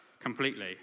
completely